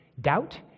Doubt